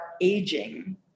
aging